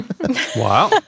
Wow